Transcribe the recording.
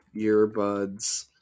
earbuds